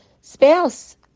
spouse